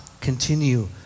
continue